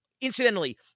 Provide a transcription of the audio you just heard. incidentally